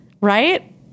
Right